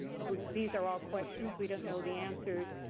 these are all questions we don't know the answers.